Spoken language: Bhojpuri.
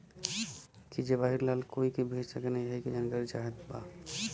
की जवाहिर लाल कोई के भेज सकने यही की जानकारी चाहते बा?